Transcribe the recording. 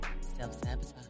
self-sabotage